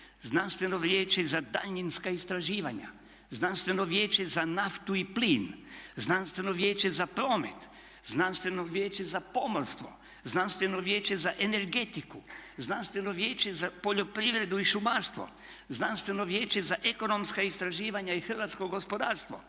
Znanstveno vijeće za daljinska istraživanja, Znanstveno vijeće za naftu i plin, Znanstveno vijeće za promet, Znanstveno vijeće za pomorstvo, Znanstveno vijeće za energetiku, Znanstveno vijeće za poljoprivredu i šumarstvo, Znanstveno vijeće za ekonomska istraživanja i hrvatsko gospodarstvo,